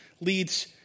leads